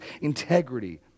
integrity